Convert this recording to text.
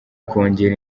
kongera